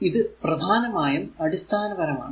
ഇത് പ്രധാനമായും അടിസ്ഥാനപരമാണ്